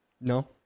No